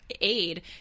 aid